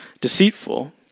deceitful